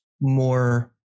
more